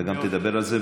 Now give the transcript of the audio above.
אתה גם תדבר על זה,